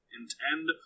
intend